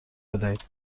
بدهید